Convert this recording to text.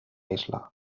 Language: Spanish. isla